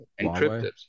encrypted